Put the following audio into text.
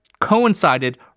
coincided